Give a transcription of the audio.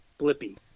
Blippi